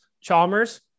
Chalmers